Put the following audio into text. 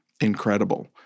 incredible